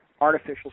artificial